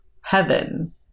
heaven